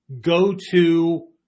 go-to